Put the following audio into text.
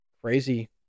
crazy